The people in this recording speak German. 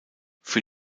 für